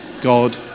God